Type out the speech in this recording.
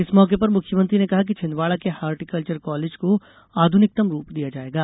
इस मौके पर मुख्यमंत्री ने कहा कि छिन्दवाड़ा के हार्टिकल्वर कॉलेज को आधुनिकतम रूप दिया जाएगा